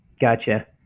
Gotcha